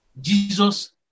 Jesus